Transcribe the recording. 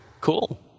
cool